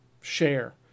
share